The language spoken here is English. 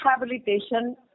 Rehabilitation